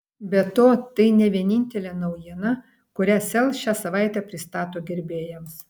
be to tai ne vienintelė naujiena kurią sel šią savaitę pristato gerbėjams